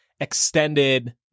extended